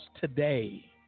today